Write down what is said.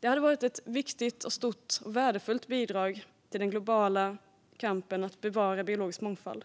Det hade varit ett viktigt, stort och värdefullt bidrag till den globala kampen för att bevara biologisk mångfald.